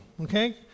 okay